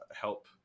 help